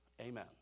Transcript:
Amen